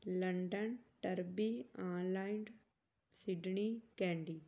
London Derby ਆਨਲਾਈਂਡ Sydney candy